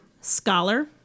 scholar